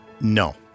No